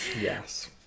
yes